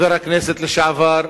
חבר הכנסת לשעבר,